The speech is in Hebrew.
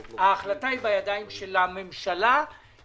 או של הוועדה לענייני ביקורת המדינה.